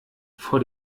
vor